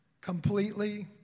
completely